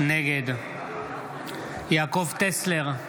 נגד יעקב טסלר,